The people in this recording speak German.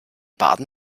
baden